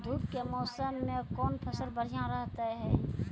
धूप के मौसम मे कौन फसल बढ़िया रहतै हैं?